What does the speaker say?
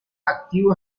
activo